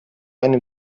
einem